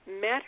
met